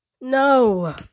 No